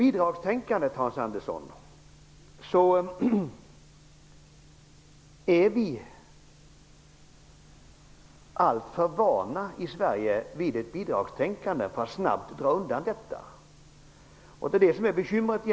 I Sverige är vi alltför vana vid ett bidragstänkande för att man snabbt skall kunna dra undan bidragen. Det är det egentliga bekymret.